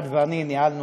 את ואני ניהלנו,